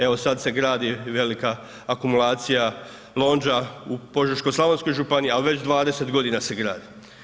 Evo sad se gradi velika akumulacija Lonđa u Požeško-slavonskoj županiji ali već 20 g. se gradi.